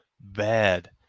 bad